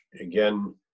again